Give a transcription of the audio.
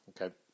Okay